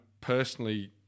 personally